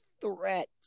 threat